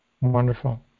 Wonderful